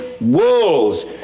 wolves